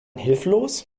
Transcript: hilflos